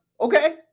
okay